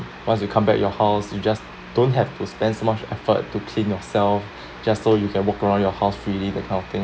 once you come back your house you just don't have to spend so much effort to clean yourself just so you can walk around your house freely that kind of thing